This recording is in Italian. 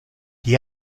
gli